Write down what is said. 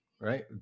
right